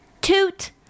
toot